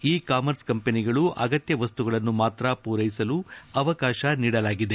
E commerce ಕಂಪನಿಗಳು ಅಗತ್ಯ ವಸ್ತುಗಳನ್ನು ಮಾತ್ರ ಪೂರೈಸಲು ಅವಕಾಶ ನೀಡಲಾಗಿದೆ